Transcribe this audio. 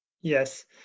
Yes